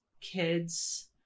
kids